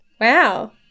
Wow